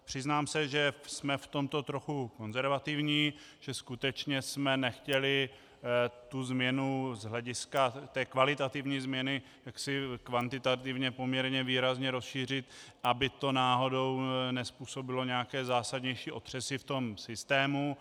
Přiznám se, že jsme v tomto trochu konzervativní, že jsme skutečně nechtěli tu změnu z hlediska kvalitativní změny kvantitativně poměrně výrazně rozšířit, aby to náhodou nezpůsobilo nějaké zásadnější otřesy v systému.